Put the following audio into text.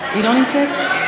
לא נמצאת.